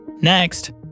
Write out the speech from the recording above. Next